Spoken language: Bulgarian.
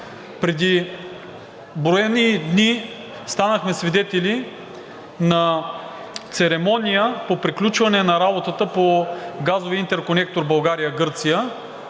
Преди броени дни станахме свидетели на церемония по приключване на работата по газовия интерконектор България – Гърция,